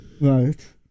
Right